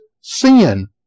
sin